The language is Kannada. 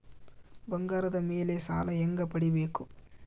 ಬಂಗಾರದ ಮೇಲೆ ಸಾಲ ಹೆಂಗ ಪಡಿಬೇಕು?